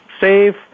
safe